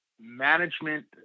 Management